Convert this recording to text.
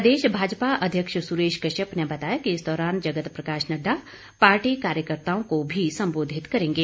प्रदेश भाजपा अध्यक्ष सुरेश कश्यप ने बताया कि इस दौरान जगत प्रकाश नडडा पार्टी कार्यकर्ताओं को संबोधित भी करेंगे